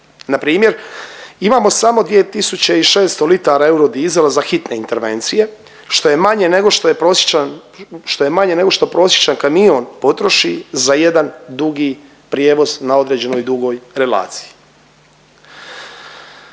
Npr. imamo samo 2.600 litara eurodizela za hitne intervencije, što je manje nego što je prosječan, što je manje nego što prosječan kamion potroši za jedan dugi prijevoz na određenoj dugoj relaciji.